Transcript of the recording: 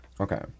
Okay